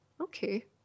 Okay